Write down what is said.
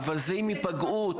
לקופת חולים --- זה במקרה של היפגעות,